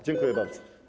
Dziękuję bardzo.